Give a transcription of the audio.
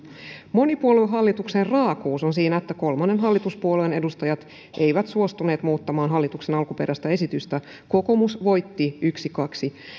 monipuoluehallituksen raakuus on siinä että kolmannen hallituspuolueen edustajat eivät suostuneet muuttamaan hallituksen alkuperäistä esitystä kokoomus voitti yksi viiva kaksi